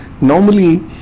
normally